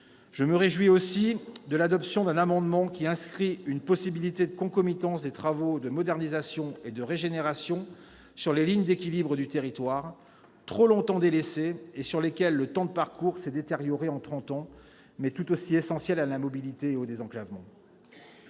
Je me réjouis aussi de l'adoption d'un amendement permettant d'inscrire une possibilité de concomitance des travaux de modernisation et de régénération sur les lignes d'équilibre du territoire, trop longtemps délaissées et pour lesquelles le temps de parcours s'est beaucoup allongé en trente ans, mais qui restent tout aussi primordiales pour la mobilité et le désenclavement.